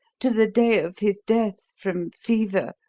to the day of his death from fever,